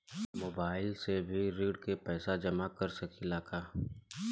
Mobile से भी ऋण के पैसा जमा कर सकी ला?